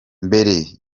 mbere